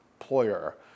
employer